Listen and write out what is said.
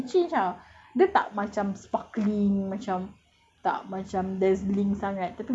purdah mesti boring but if she change ah dia tak macam sparkling macam